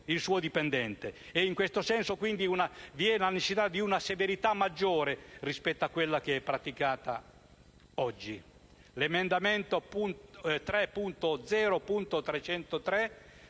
o dipendente. In questo senso, quindi, vi è la necessità di una severità maggiore rispetto a quella praticata oggi. Con l'emendamento 3.0.303